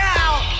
out